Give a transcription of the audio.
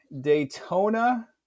Daytona